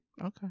Okay